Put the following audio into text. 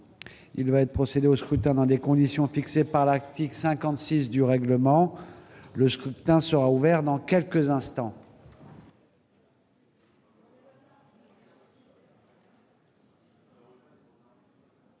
Il va être procédé au scrutin dans les conditions fixées par l'article 56 du règlement. Le scrutin est ouvert. Personne ne demande